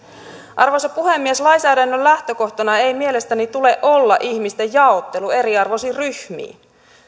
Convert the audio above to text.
arvoisa puhemies lainsäädännön lähtökohtana ei mielestäni tule olla ihmisten jaottelu eriarvoisiin ryhmiin